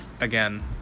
again